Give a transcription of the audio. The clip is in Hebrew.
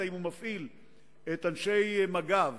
אם הוא מפעיל את אנשי מג"ב